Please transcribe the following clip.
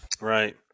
Right